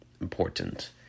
important